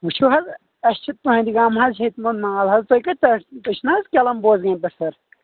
وٕچھِو حظ اسہِ چھِ تُہُندِ گامہٕ حظ ہیٚتہٕ مٕتۍ مال حظ تۄہہِ کَتہِ پٮ۪ٹھ تُہۍ چھُو نہ حظ کیلم بوزنہ پٲٹھۍ سر